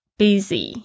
busy